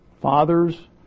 Fathers